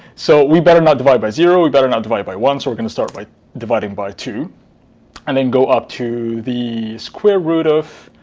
so, we better not divide by zero. we better not divide by one. so, we're going to start by dividing by two and then go up to the square root of